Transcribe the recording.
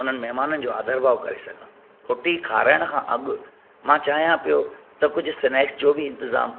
उन्हनि महिमाननि जो आदर भाव करे सघां रोटी खाराइण खां अॻु मां चाहियां पियो त कुझु स्नैक्स जो बि इंतिज़ामु